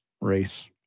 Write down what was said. race